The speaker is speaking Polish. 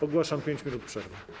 Ogłaszam 5 minut przerwy.